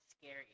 scary